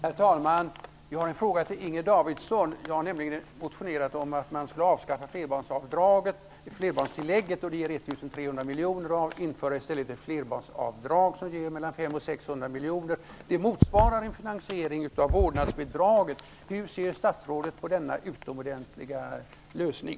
Jag har en fråga till Inger Davidson. Jag har nämligen motionerat om att man borde avskaffa flerbarnstillägget, vilket skulle ge 1 300 miljoner, och i stället införa ett flerbarnsavdrag, som skulle ge mellan 500 och 600 miljoner. Detta motsvarar en finansiering av vårdnadsbidraget. Hur ser statsrådet på denna utomordentliga lösning?